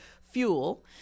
fuel